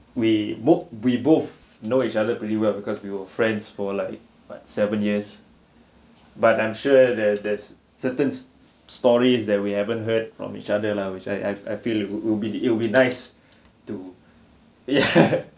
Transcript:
we both we both know each other pretty well because we were friends for like seven years but I'm sure there's there's certain s~ story is that we haven't heard from each other lah which I I I feel it would would be with nice to ya